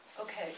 okay